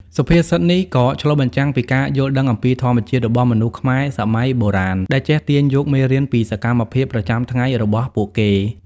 សុភាសិតនេះក៏ឆ្លុះបញ្ចាំងពីការយល់ដឹងអំពីធម្មជាតិរបស់មនុស្សខ្មែរសម័យបុរាណ ដែលចេះទាញយកមេរៀនពីសកម្មភាពប្រចាំថ្ងៃរបស់ពួកគេ។